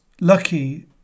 lucky